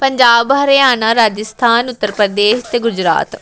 ਪੰਜਾਬ ਹਰਿਆਣਾ ਰਾਜਸਥਾਨ ਉੱਤਰ ਪ੍ਰਦੇਸ਼ ਅਤੇ ਗੁਜਰਾਤ